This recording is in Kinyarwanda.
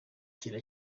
kira